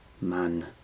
Man